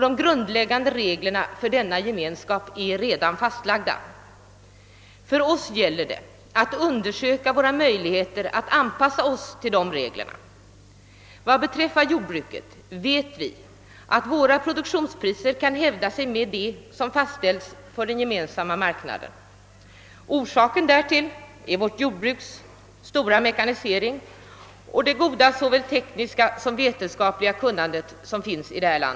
De grundläggande reglerna för denna Gemenskap är redan fastlagda. För oss gäller det att undersöka våra möjligheter att anpassa oss till dessa regler. Vad beträffar jordbruket vet vi att våra produktionspriser kan hävda sig mot dem som fastställts för den gemensamma marknaden. Orsaken därtill är vårt jordbruks ökade mekanisering och vårt goda tekniska och vetenskapliga kunnande.